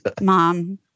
mom